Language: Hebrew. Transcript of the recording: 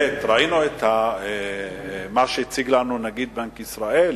ראינו את מה שהציג לנו נגיד בנק ישראל,